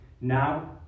now